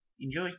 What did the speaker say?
Enjoy